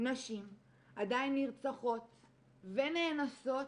נשים, עדיין נרצחות ונאנסות,